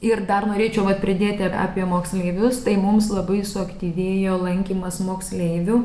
ir dar norėčiau vat pridėti apie moksleivius tai mums labai suaktyvėjo lankymas moksleivių